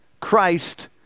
Christ